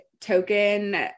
token